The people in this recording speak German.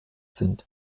sind